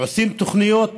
עושים תוכניות,